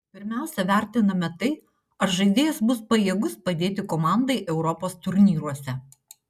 pirmiausia vertiname tai ar žaidėjas bus pajėgus padėti komandai europos turnyruose